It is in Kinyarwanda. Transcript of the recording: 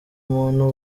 umuntu